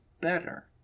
better